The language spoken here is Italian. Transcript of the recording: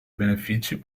benefici